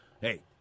hey